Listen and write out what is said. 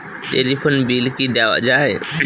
Telephone bill কি দেওয়া যায়?